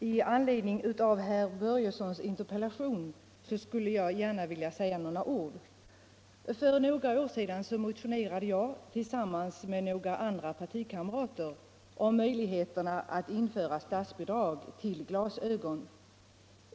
Herr talman! I anledning av herr Börjessons i Falköping interpellation vill jag gärna säga några ord. För några år sedan motionerade jag tillsammans med några partikamrater om möjlighet att införa statsbidrag till glasögon.